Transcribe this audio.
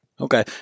Okay